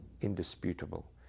indisputable